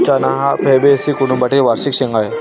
चणा हा फैबेसी कुटुंबातील वार्षिक शेंगा आहे